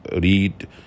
read